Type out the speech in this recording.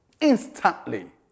Instantly